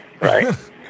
right